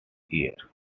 year